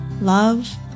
Love